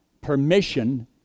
permission